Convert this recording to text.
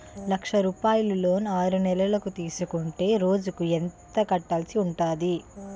లక్ష రూపాయలు లోన్ ఆరునెలల కు తీసుకుంటే రోజుకి ఎంత కట్టాల్సి ఉంటాది?